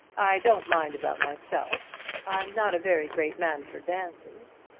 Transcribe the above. i don't mind about myself. i'm not a very great man for dances.